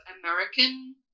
American